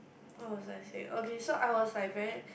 what was I say okay so I was like very